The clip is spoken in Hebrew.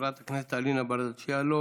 חברת הכנסת אלינה ברדץ' יאלוב.